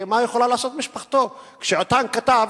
מה יכולה לעשות משפחתו כשעיתונאי כותב,